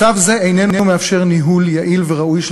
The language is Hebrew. מצב זה איננו מאפשר ניהול יעיל וראוי של